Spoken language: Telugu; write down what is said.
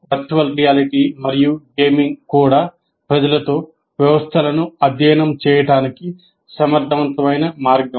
వర్చువల్ రియాలిటీ మరియు గేమింగ్ కూడా ప్రజలతో వ్యవస్థలను అధ్యయనం చేయడానికి సమర్థవంతమైన మార్గం